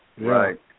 Right